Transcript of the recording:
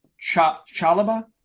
Chalaba